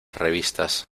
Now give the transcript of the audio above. revistas